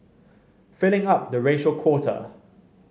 filling up the racial quota